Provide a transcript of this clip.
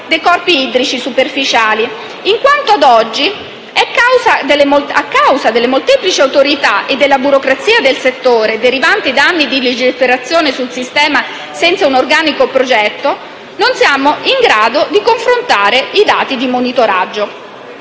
dei corpi idrici superficiali, in quanto ad oggi, a causa delle molteplici autorità e della burocrazia nel settore, derivanti da anni di legiferazione sul tema senza un organico progetto, non siamo in grado di confrontare i dati di monitoraggio.